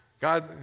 God